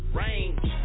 range